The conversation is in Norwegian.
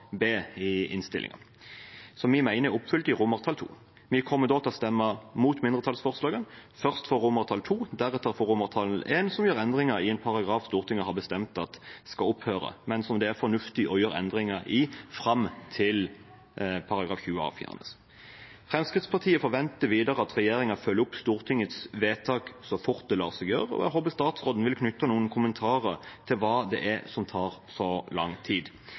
B i innstillingen, som vi mener er oppfylt i romertall II. Vi kommer da til å stemme mot mindretallsforslaget – først for romertall II, deretter for romertall I, som gjør endringer i en paragraf Stortinget har bestemt skal opphøre, men som det er fornuftig å gjøre endringer i fram til § 20 a fjernes. Fremskrittspartiet forventer videre at regjeringen følger opp Stortingets vedtak så fort det lar seg gjøre, og jeg håper statsråden vil knytte noen kommentarer til hva det er som tar så lang tid.